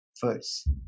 first